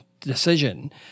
decision